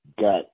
got